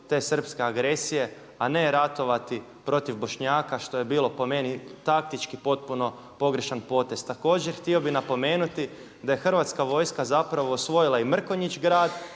te srpske agresije a ne ratovati protiv Bošnjaka što je bilo po meni taktički potpuno pogrešan potez. Također htio bih napomenuti da je Hrvatska vojska zapravo osvojila i Mrkonjić Grad